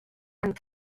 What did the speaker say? and